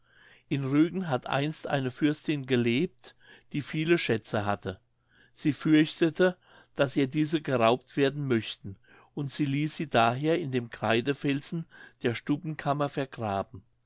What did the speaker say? in rügen hat einst eine fürstin gelebt die viele schätze hatte sie fürchtete daß ihr diese geraubt werden möchten und sie ließ sie daher in dem kreidefelsen der stubbenkammer vergraben